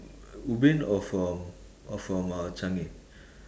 ubin or from or from uh changi